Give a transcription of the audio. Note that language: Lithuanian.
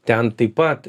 ten taip pat